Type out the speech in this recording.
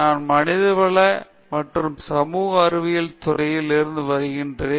நான் மனிதவள மற்றும் சமூக அறிவியல் துறையில் இருந்து வருகிறேன்